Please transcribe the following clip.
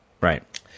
Right